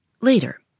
Later